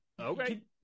okay